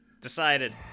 decided